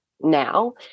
now